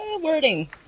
wording